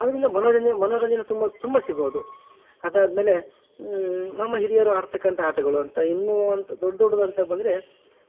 ಆದ್ದರಿಂದ ಮನೋರಂಜ ಮನೋರಂಜನೆ ತುಂಬ ತುಂಬ ಸಿಗೋದು ಅದಾದ್ಮೇಲೆ ನಮ್ಮ ಹಿರಿಯರು ಆಡ್ತಕ್ಕಂಥ ಆಟಗಳು ಅಂತ ಇನ್ನೂ ದೊಡ್ಡ ದೊಡ್ದ ಅಂತ ಬಂದರೆ